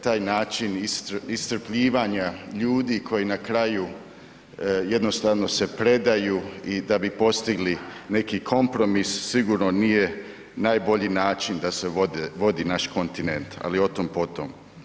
Taj način iscrpljivanja ljudi koji na kraju jednostavno se predaju i da bi postigli neki kompromis, sigurno nije najbolji način da se vodi naš kontinent ali o tom potom.